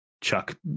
chuck